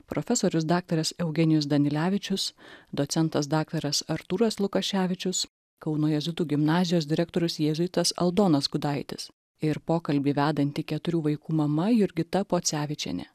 profesorius daktaras eugenijus danilevičius docentas daktaras artūras lukaševičius kauno jėzuitų gimnazijos direktorius jėzuitas aldonas gudaitis ir pokalbį vedanti keturių vaikų mama jurgita pocevičienė